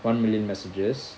one million messages